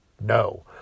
no